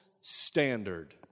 standard